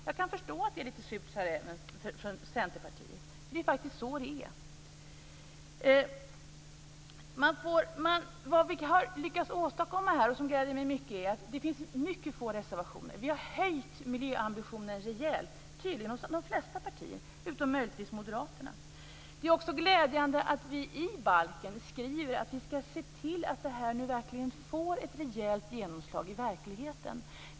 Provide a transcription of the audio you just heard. Jag kan förstå att det är litet "surt sa räven" från Centerpartiets sida, men det är faktisk så det är. Vad vi har lyckats åstadkomma här, och som gläder mig mycket, är att det finns mycket få reservationer. Vi har höjt miljöambitionen rejält - tydligen gäller detta för de flesta partierna, fast möjligtvis inte för Moderaterna. Det är också glädjande att vi i balken skriver att vi skall se till att det här nu får ett rejält genomslag i verkligheten.